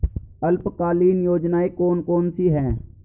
अल्पकालीन योजनाएं कौन कौन सी हैं?